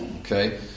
Okay